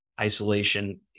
isolation